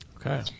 Okay